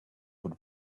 would